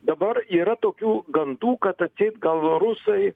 dabar yra tokių gandų kad atseit gal rusai